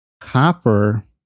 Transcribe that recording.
copper